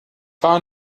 war